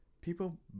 people